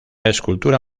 escultura